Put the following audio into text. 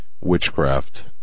witchcraft